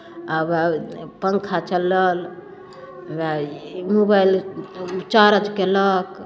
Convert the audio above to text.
हवए पङ्खा चलल हवए मोबाइल चार्ज कयलक